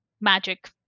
magic